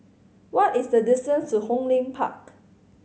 what is the distance to Hong Lim Park